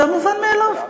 זה המובן מאליו,